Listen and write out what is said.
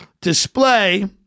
display